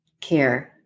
care